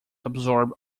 absorb